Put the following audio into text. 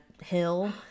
hill